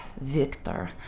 Victor